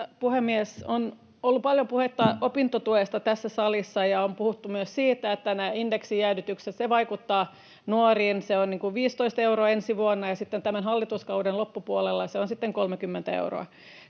puhemies! On ollut paljon puhetta opintotuesta tässä salissa, ja on puhuttu myös siitä, että nämä indeksijäädytykset vaikuttavat nuoriin. Se on 15 euroa ensi vuonna, ja sitten tämän hallituskauden loppupuolella se on 30 euroa.